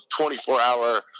24-hour